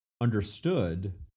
understood